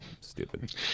stupid